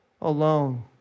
alone